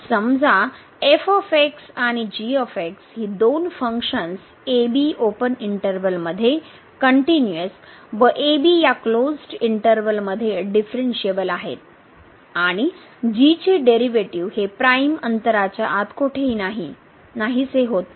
समजा f आणि g ही दोन फंक्शन्स a bओपन इंटर्वल मध्ये कनट्युनिअस व ab या क्लोज्ड इंटर्वल मध्ये डिफरणशिएबल आहेत आणि g चे डेरीवेटीव हे प्राइम अंतराच्या आत कोठेही नाहीसे होत नाही